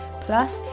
plus